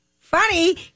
funny